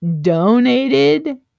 donated